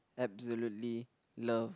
absolutely love